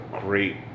great